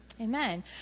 Amen